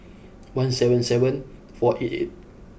one seven seven four eight eight